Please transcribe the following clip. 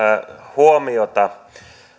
huomiota